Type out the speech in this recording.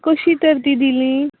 कशीं तर तीं दिली